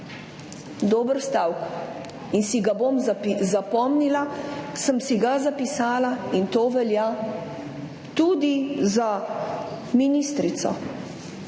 Dober stavek in si ga bom zapomnila. Sem si ga zapisala in to velja tudi za ministrico.